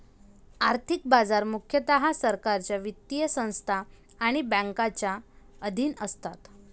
आर्थिक बाजार मुख्यतः सरकारच्या वित्तीय संस्था आणि बँकांच्या अधीन असतात